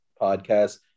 podcast